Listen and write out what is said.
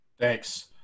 Thanks